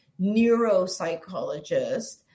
neuropsychologist